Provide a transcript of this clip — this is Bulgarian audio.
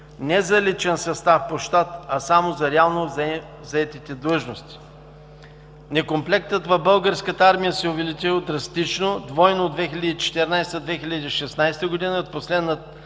не за личен състав по щат, а само за реално заетите длъжности. Некомплектът в Българската армия се е увеличил драстично, двойно през 2014 – 2016 г. – последното